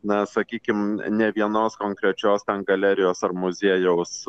na sakykim ne vienos konkrečios galerijos ar muziejaus